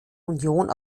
union